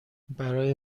برای